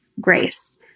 grace